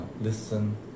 Listen